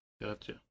Gotcha